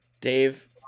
Dave